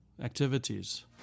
activities